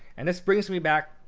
and this brings me back.